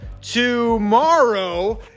tomorrow